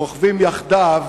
רוכבים יחדיו,